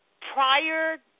Prior